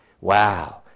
wow